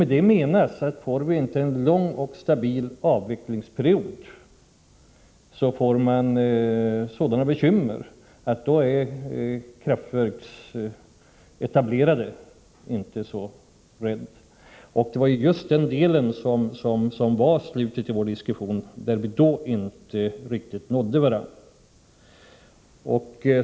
Med det menas att blir det inte en lång och stabil avvecklingsperiod, uppstår sådana bekymmer att då är de som tillhör kraftverksetablissemanget inte rädda. Det var just den delen det gällde på slutet av vår diskussion, när vi inte riktigt nådde varandra.